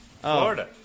Florida